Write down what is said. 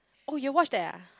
oh you watch that ah